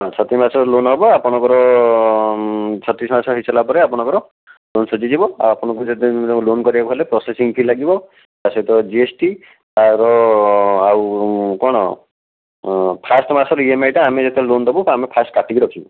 ହଁ ଛତିଶ ମାସର ଲୋନ ହେବ ଆପଣଙ୍କର ଛତିଶ ମାସ ହେଇସାରିଲା ପରେ ଆପଣଙ୍କର ଲୋନ ସୁଝିଯିବ ଆଉ ଆପଣଙ୍କୁ ଯେତେ ଲୋନ କରିବାକୁ ହେଲେ ପ୍ରୋସେସିଂ ଫି ଲାଗିବ ତା ସହିତ ଜି ଏସ୍ ଟି ତାର ଆଉ କ'ଣ ଫାଷ୍ଟ ମାସର ଇଏମଆଇଟା ଆମେ ଯେତେବେଳେ ଲୋନ ଦେବୁ ଆମେ ଫାଷ୍ଟ କାଟିକି ରଖିବୁ